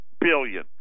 billion